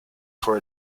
for